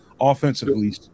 offensively